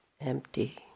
empty